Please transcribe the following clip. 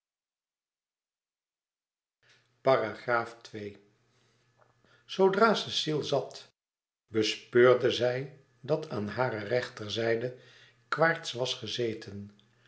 zoodra cecile zat bespeurde zij dat aan hare rechterzijde quaerts was gezeten